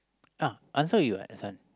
ah answer already [what] this one